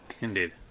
Indeed